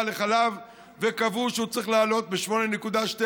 לחלב וקבעו שהוא צריך להעלות ב-8.2 אגורות,